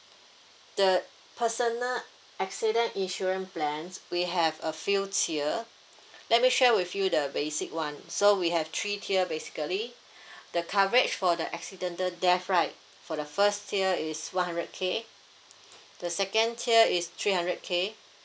the personal accident insurance plans we have a few tier let me share with you the basic one so we have three tier basically the coverage for the accidental death right for the first tier is one hundred K the second tier is three hundred K